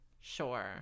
sure